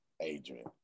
Adrian